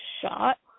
shot